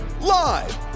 live